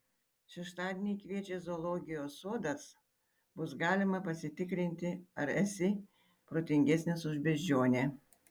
šeštadienį kviečia zoologijos sodas bus galima pasitikrinti ar esi protingesnis už beždžionę